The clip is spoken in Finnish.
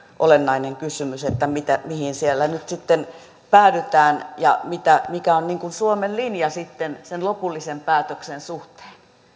olennainen kysymys mihin siellä nyt sitten päädytään ja mikä on suomen linja sitten sen lopullisen päätöksen suhteen